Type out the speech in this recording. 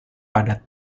padat